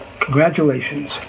Congratulations